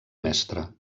mestre